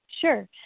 Sure